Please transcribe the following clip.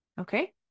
okay